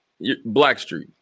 Blackstreet